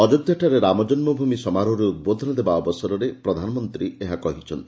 ଅଯୋଧ୍ୟାଠାରେ ରାମ ଜନ୍ମଭୂମି ସମାରୋହରେ ଉଦ୍ବୋଧନ ଦେବା ଅବସରରେ ପ୍ରଧାନମନ୍ତ୍ରୀ ଏହା କହିଛନ୍ତି